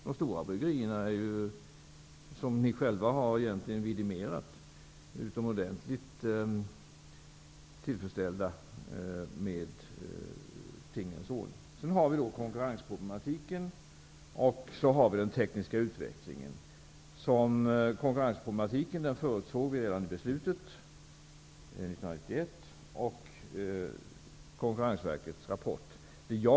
De stora bryggerierna är, som ni själva har vidimerat, utomordentligt tillfredsställda med tingens ordning. Sedan har vi problemen med konkurrensen och den tekniska utvecklingen. Konkurrensproblemen förutsåg vi redan i beslutet 1991, och det framgår av Konkurrensverkets rapport.